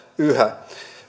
yhä